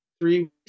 three